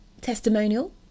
testimonial